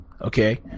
Okay